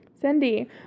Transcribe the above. Cindy